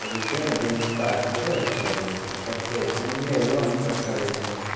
रूपे नहि बिन रूपासँ थोड़े होइ छै एडमिशन कहलकय सुनलियै लोनपर करय छै